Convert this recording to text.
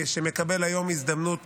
שמקבל היום הזדמנות